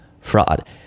fraud